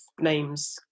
names